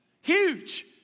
Huge